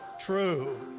true